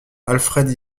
alfred